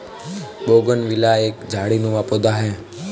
bougainvillea एक झाड़ीनुमा पौधा है